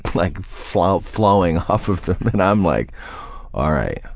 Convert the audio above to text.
like flowing flowing off of them and i'm like alright,